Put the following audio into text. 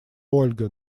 ольга